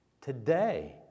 today